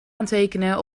aantekenen